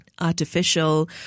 artificial